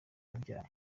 yabyaye